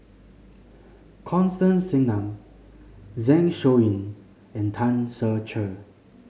Constance Singam Zeng Shouyin and Tan Ser Cher